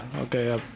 okay